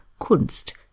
Kunst